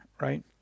right